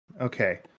okay